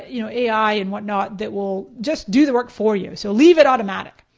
you know ai and what not that will just do the work for you, so leave it automatic.